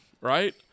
right